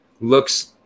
Looks